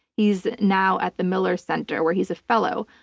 he's now at the miller center where he's a fellow.